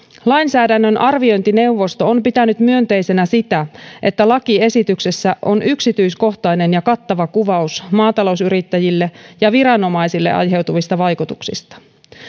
lainsäädännön arviointineuvosto on pitänyt myönteisenä sitä että lakiesityksessä on yksityiskohtainen ja kattava kuvaus maatalousyrittäjille ja viranomaisille aiheutuvista vaikutuksista